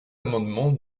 amendement